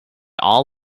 all